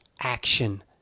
action